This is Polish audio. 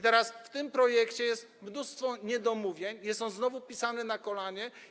Teraz w tym projekcie jest mnóstwo niedomówień, jest on znowu pisany na kolanie.